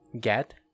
get